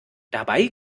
dabei